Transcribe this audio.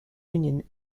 union